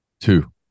Two